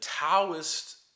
Taoist